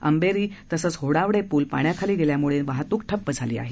आंबेरी तसंच होडावडे पूल पाण्याखाली गेल्यामुळे वाहतूक ठप्प झाली आहे